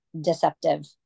deceptive